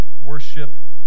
worship